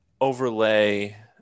overlay